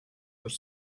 were